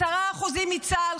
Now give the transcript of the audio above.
10% מצה"ל,